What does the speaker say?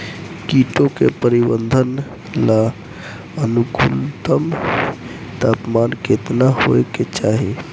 कीटो के परिवरर्धन ला अनुकूलतम तापमान केतना होए के चाही?